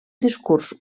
discurs